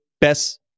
best